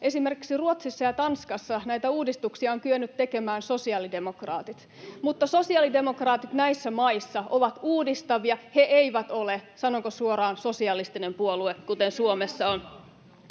esimerkiksi Ruotsissa ja Tanskassa näitä uudistuksia ovat kyenneet tekemään sosiaalidemokraatit. Mutta sosiaalidemokraatit näissä maissa ovat uudistavia, he eivät ole, sanonko suoraan, sosialistinen puolue kuten Suomessa on.